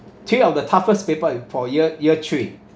three of the toughest paper for year year three